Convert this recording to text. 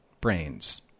brains